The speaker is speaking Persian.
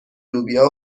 لوبیا